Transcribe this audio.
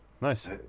Nice